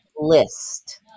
List